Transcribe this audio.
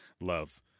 love